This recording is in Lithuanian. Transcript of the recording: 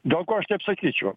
dėl ko aš taip sakyčiau